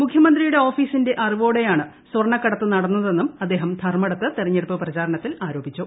മുഖ്യമന്ത്രിയുടെ ഓഫീസിന്റെ അറിവോടെയാണ് സ്വർണ്ണക്കടത്ത് നടന്നതെന്നും അദ്ദേഹം ധർമ്മടത്ത് തെരഞ്ഞെടുപ്പ് പ്രചാരണത്തിൽ ആരോപിച്ചു